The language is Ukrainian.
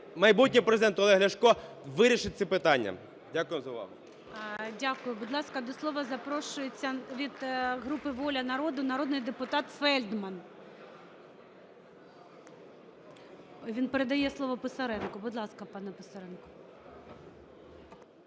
майбутній Президент Олег Ляшко вирішить ці питання. Дякую за увагу. ГОЛОВУЮЧИЙ. Дякую. Будь ласка, до слова запрошується від групи "Воля народу" народний депутат Фельдман. Він передає слово Писаренку. Будь ласка, пане Писаренко.